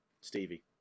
Stevie